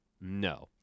no